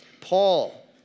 Paul